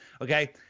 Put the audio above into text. okay